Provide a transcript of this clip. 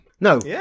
No